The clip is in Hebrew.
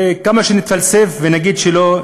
וכמה שנתפלסף ונגיד שלא,